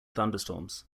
thunderstorms